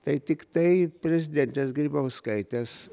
tai tiktai prezidentės grybauskaitės